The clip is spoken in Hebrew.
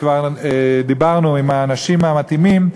כבר דיברנו עם האנשים המתאימים,